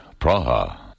Praha